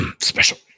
special